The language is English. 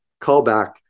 callback